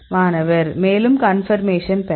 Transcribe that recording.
மாணவர் மேலும் கன்பர்மேஷன் பெற